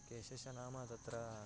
केशस्य नाम तत्र